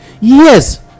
Yes